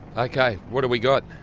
okay, what have we got?